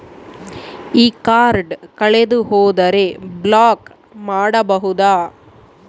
ಈ ಕಾರ್ಡ್ ಕಳೆದು ಹೋದರೆ ಬ್ಲಾಕ್ ಮಾಡಬಹುದು?